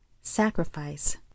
sacrifice